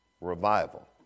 revival